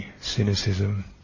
cynicism